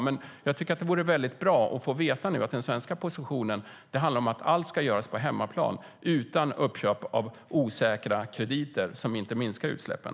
Det vore dock bra att få veta att den svenska positionen handlar om att allt ska göras på hemmaplan utan uppköp av osäkra krediter som inte minskar utsläppen.